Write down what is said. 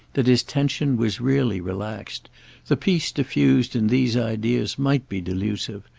that his tension was really relaxed the peace diffused in these ideas might be delusive,